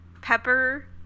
Pepper